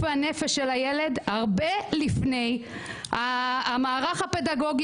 והנפש של הילד הרבה לפני המערך הפדגוגי.